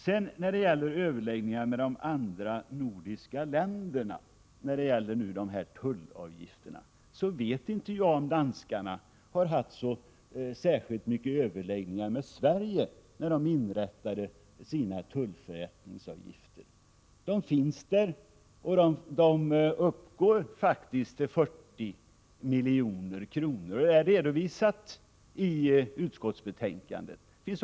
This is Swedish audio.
Det har talats om överläggningar med andra nordiska länder när det gäller dessa tullavgifter. Jag vet inte att danskarna hade särskilt mycket av överläggningar med Sverige när de inrättade sina tullförrättningsavgifter. Dessa avgifter finns där, och de uppgår faktiskt till 40 milj.kr. Det redovisas i utskottets betänkande.